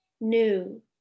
new